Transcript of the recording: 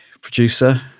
producer